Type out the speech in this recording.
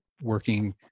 working